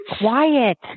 Quiet